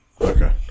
Okay